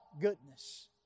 goodness